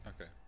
Okay